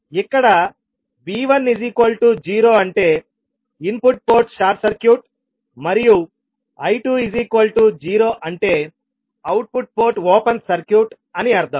ఇక్కడ V10 అంటే input port short circuit మరియు I20 అంటే అవుట్పుట్ పోర్ట్ ఓపెన్ సర్క్యూట్ అని అర్థం